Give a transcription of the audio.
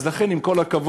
אז לכן, עם כל הכבוד,